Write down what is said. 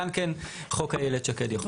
כאן כן חוק איילת שקד יחול.